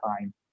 time